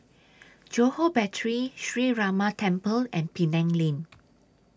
Johore Battery Sree Ramar Temple and Penang Lane